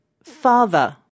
father